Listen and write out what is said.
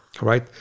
right